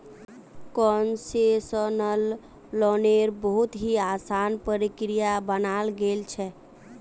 concessional लोन्नेर बहुत ही असान प्रक्रिया बनाल गेल छे